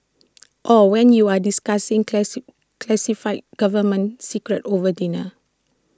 or when you're discussing classified government secrets over dinner